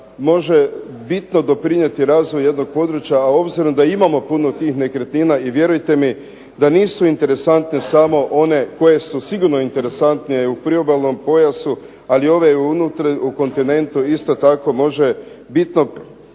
može bitno doprinijeti razvoju jednog područja, a obzirom da imamo puno tih nekretnina i vjerujte mi da nisu interesantne samo one koje su sigurno interesantnije u priobalnom pojasu, ali i ove u kontinentu isto tako mogu bitno